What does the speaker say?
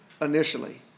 initially